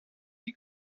die